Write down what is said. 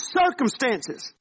circumstances